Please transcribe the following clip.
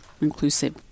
inclusive